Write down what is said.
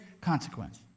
consequence